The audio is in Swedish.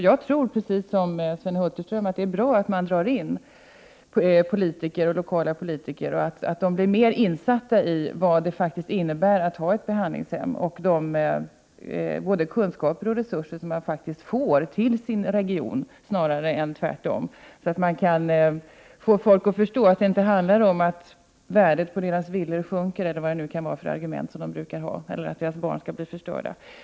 Jag tror — precis som Sven Hulterström — att det är bra att man drar in lokala politiker, så att de blir mer insatta i vad det innebär att ha ett behandlingshem: Det medför att man faktiskt får både kunskaper och resurser till sin region snarare än tvärtom. Därigenom kan man kanske få folk att förstå att det inte handlar om att värdet på deras villor sjunker, att deras barn kommer att bli förstörda eller vad det nu är för argument man brukar anföra.